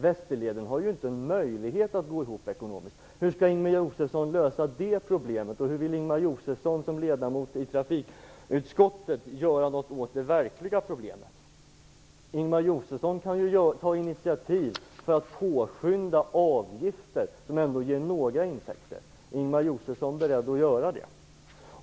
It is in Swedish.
Västerleden har ju inte en möjlighet att gå ihop ekonomiskt. Hur skall Ingemar Josefsson lösa det problemet, och vad vill Ingemar Josefsson som ledamot i trafikutskottet göra åt det verkliga problemet? Ingemar Josefsson kan ju ta initiativ för att påskynda införandet av avgifter, som ju ändå ger några intäkter. Är Ingemar Josefsson beredd att göra det?